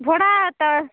ଭଡ଼ାଟା